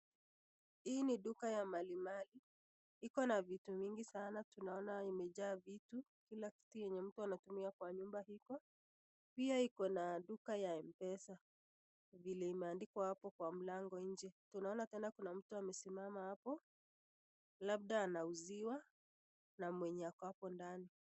Hii ni duka ya mali mali, iko na vitu mingi sana. Tunaona imejaa vitu , kila kitu yenye mtu anatumia kwa nyumba iko. Pia iko na duka ya m pesa vile imeandikwa hapo kwa mlango nje. Tunaona tena kuna mtu amesimama hapo labda anauziwa na mwenye ako hapo ndani.